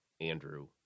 Andrew